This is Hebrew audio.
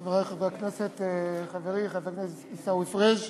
חברי חברי הכנסת, חברי חבר הכנסת עיסאווי פריג',